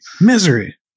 Misery